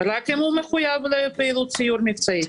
רק אם הוא מחויב לפעילות סיור מבצעית.